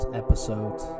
episode